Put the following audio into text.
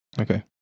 Okay